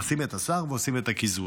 עושים את הסך ועושים את הקיזוז.